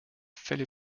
fälle